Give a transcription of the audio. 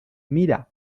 mira